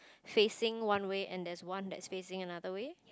facing one way and there's one that is facing another way